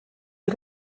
est